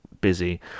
busy